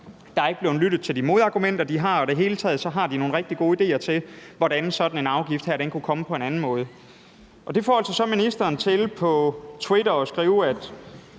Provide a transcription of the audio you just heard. der er ikke blevet lyttet til de modargumenter, de har. Men de har nogle rigtig gode idéer til, hvordan sådan en afgift kan komme i stand på en anden måde. Det får så ministeren til at skrive på